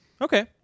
okay